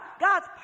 God's